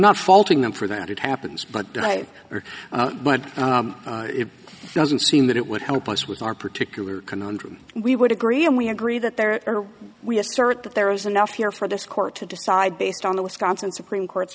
not faulting them for that it happens but they are but it doesn't seem that it would help us with our particular conundrum we would agree and we agree that there are we assert that there is enough here for this court to decide based on the wisconsin supreme court